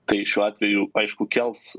tai šiuo atveju aišku kels